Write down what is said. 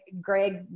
Greg